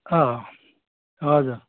अँ हजुर